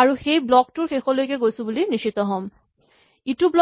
আৰু সেই ব্লক টোৰ শেষলৈকে গৈছো বুলি নিশ্চিত হ'ম